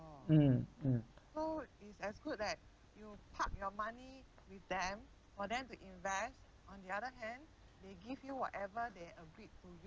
mm mm